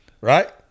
Right